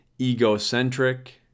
egocentric